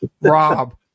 Rob